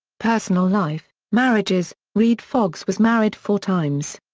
personal life marriages redd foxx was married four times.